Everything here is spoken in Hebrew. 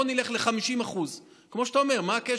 בוא נלך על 50% כמו שאתה אומר: מה הקשר?